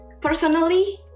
personally